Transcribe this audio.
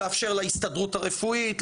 תאפשרו להסתדרות הרפואית,